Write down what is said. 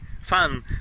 fun